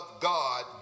God